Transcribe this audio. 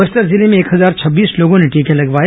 बस्तर जिले में एक हजार छब्बीस लोगों ने टीके लगवाए